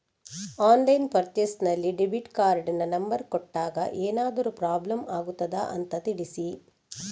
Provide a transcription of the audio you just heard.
Online purchase ನಲ್ಲಿ debit ಕಾರ್ಡಿನ number ಕೊಟ್ಟಾಗ ಏನಾದರೂ ಪ್ರಾಬ್ಲಮ್ ಆಗುತ್ತದ ಅಂತ ತಿಳಿಸಿ?